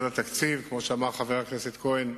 כמו שאמר חבר הכנסת כהן,